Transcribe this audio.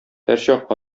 һәрчак